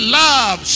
love